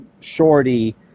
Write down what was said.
Shorty